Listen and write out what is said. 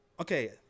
okay